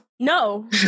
No